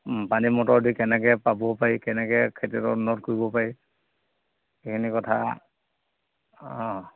পানী মটৰ দি কেনেকে পাব পাৰি কেনেকে খেতিত উন্নত কৰিব পাৰি সেইখিনি কথা